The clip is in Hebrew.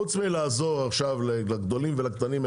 חוץ מלעזור עכשיו לגדולים ולקטנים,